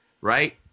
right